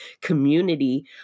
community